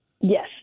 Yes